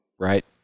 Right